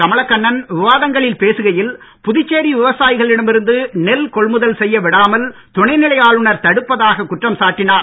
கமலண்கண்ணன் விவாதங்களில் பேசுகையில் புதுச்சேரி விவசாயிகளிடம் இருந்து நெல் கொள்முதல் செய்ய விடாமல் துணைநிலை ஆளுநர் தடுப்பதாக குற்றம் சாட்டினார்